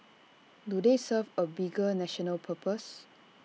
do they serve A bigger national purpose